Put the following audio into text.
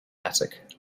attic